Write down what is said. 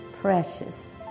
precious